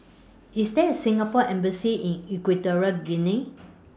IS There A Singapore Embassy in Equatorial Guinea